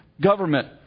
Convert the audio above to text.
government